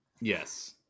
Yes